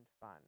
fun